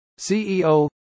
ceo